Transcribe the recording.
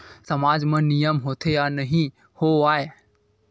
सामाज मा नियम होथे या नहीं हो वाए?